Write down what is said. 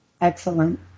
Excellent